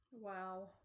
wow